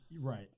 Right